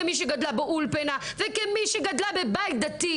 בעצם כל החיות של נשים דתיות ואני כמי שגדלה באולפנה ובבית דתי,